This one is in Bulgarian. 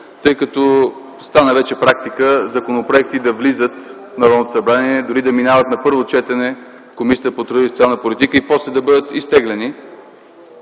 тъй като стана вече практика законопроекти да влизат в Народното събрание, дори да минават на първо четене в Комисията по труда и социална политика и после да бъдат изтеглени.